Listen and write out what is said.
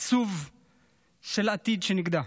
עצוב של עתיד שנגדע.